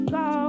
go